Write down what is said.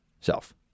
self